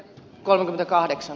kolme kahdeksan